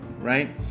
Right